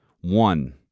One